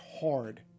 hard